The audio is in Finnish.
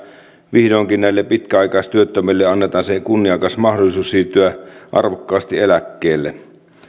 vihdoinkin pitkäaikaistyöttömille annetaan kunniakas mahdollisuus siirtyä arvokkaasti eläkkeelle